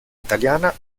italiana